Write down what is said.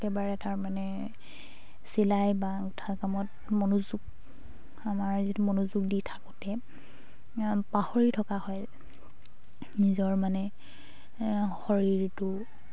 একেবাৰে তাৰমানে চিলাই বা গুঁঠা কামত মনোযোগ আমাৰ যিটো মনোযোগ দি থাকোঁতে পাহৰি থকা হয় নিজৰ মানে শৰীৰটোৰ কথা